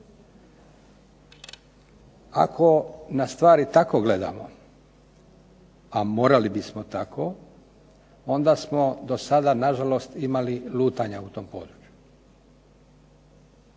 Ako na stvari tako gledamo, a morali bismo tako onda smo do sada na žalost imali lutanja u tom području,